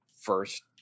first